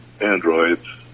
Androids